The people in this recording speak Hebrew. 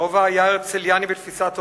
לובה היה הרצליאני בתפיסת עולמו,